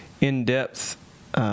in-depth